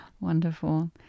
Wonderful